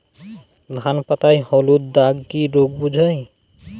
ধান পাতায় হলুদ দাগ কি রোগ বোঝায়?